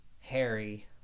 Harry